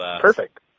perfect